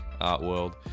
Artworld